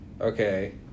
Okay